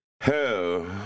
Hell